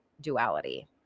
duality